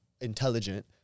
intelligent